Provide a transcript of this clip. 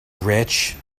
rich